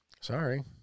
Sorry